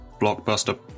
blockbuster